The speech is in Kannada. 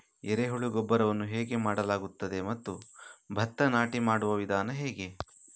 ಎರೆಹುಳು ಗೊಬ್ಬರವನ್ನು ಹೇಗೆ ಮಾಡಲಾಗುತ್ತದೆ ಮತ್ತು ಭತ್ತ ನಾಟಿ ಮಾಡುವ ವಿಧಾನ ಹೇಗೆ?